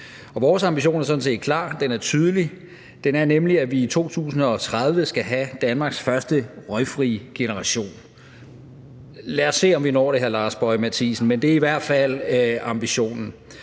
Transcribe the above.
Vores ambition er sådan set klar, den er tydelig, den er nemlig, at vi i 2030 skal have Danmarks første røgfrie generation – lad os se, om vi når det, hr. Lars Boje Mathiesen, men det er i hvert ambitionen.